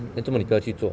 eh 做么你不要去做